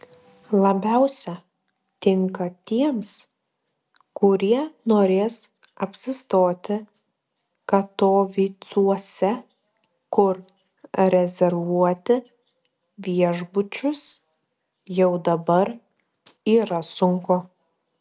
labiausia tinka tiems kurie norės apsistoti katovicuose kur rezervuoti viešbučius jau dabar yra sunku